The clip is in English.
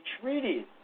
treaties